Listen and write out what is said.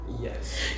Yes